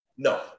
No